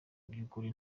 byukuri